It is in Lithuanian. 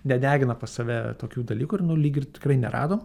nedegina pas save tokių dalykų ir nu lyg ir tikrai neradom